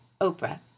Oprah